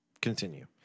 continue